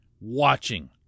watching